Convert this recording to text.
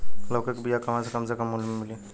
लौकी के बिया कहवा से कम से कम मूल्य मे मिली?